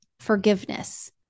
forgiveness